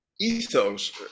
ethos